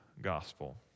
gospel